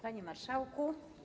Panie Marszałku!